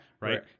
right